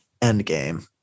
endgame